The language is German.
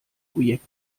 projekt